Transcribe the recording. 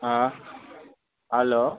हँ हेलो